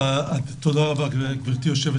תודה רבה, גב' יו"ר.